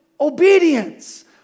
obedience